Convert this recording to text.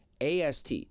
AST